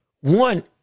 one